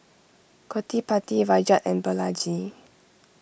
Gottipati Rajat and Balaji